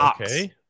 okay